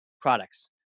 products